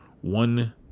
one